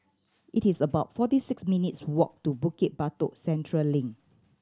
it is about forty six minutes' walk to Bukit Batok Central Link